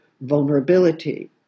vulnerability